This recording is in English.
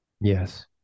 Yes